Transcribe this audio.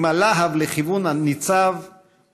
עם הלהב לכיוון הניצב,